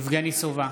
יבגני סובה,